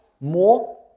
more